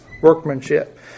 workmanship